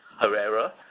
Herrera